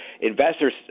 investors